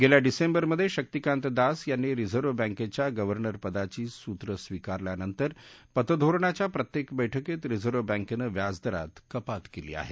गेल्या डिसेंबरमध्ये शक्तीकांत दास यांनी रिझर्व बँकेच्या गव्हर्नरपदाची सूत्र स्वीकारल्यानंतर पतधोरणाच्या प्रत्येक बैठकीत रिझर्व बँकेनं व्याजदरात कपात केली आहे